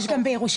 יש גם בירושלים.